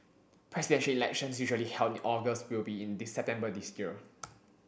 Presidential Elections usually held in August will be in this September this year